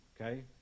okay